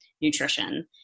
nutrition